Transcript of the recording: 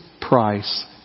price